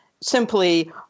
simply